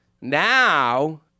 Now